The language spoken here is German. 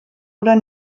oder